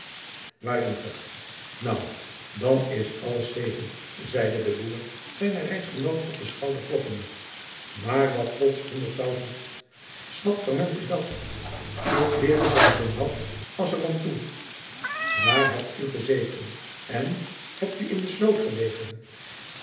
warentig nou dan is t alles zeven zeide de boer zijnen reisgenoot op den schouder kloppende maôr wat pots honderd tausent slapferment is dat oe kleeren zijn zoo nat as er an toe waôr het oe ezeten het oe in den sloot elegen